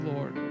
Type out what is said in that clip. Lord